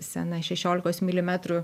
sena šešiolikos milimetrų